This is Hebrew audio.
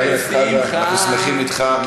חבר הכנסת חזן, אנחנו שמחים אתך.